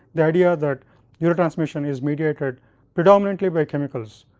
the idea that neurotransmission is mediated predominantly by chemicals,